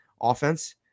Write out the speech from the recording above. offense